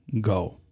go